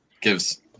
gives